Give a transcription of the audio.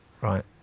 Right